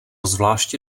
zvláště